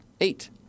eight